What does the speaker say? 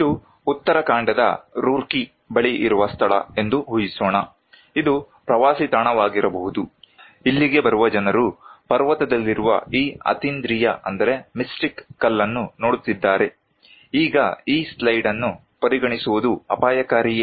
ಇದು ಉತ್ತರಾಖಂಡದ ರೂರ್ಕಿ ಬಳಿ ಇರುವ ಸ್ಥಳ ಎಂದು ಉಹಿಸೋಣ ಇದು ಪ್ರವಾಸಿ ತಾಣವಾಗಿರಬಹುದು ಇಲ್ಲಿಗೆ ಬರುವ ಜನರು ಪರ್ವತದಲ್ಲಿರುವ ಈ ಅತೀಂದ್ರಿಯ ಕಲ್ಲನ್ನು ನೋಡುತ್ತಿದ್ದಾರೆ ಈಗ ಈ ಸ್ಲೈಡ್ ಅನ್ನು ಪರಿಗಣಿಸುವುದು ಅಪಾಯಕಾರಿಯೇ